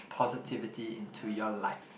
positivity into your life